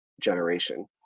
generation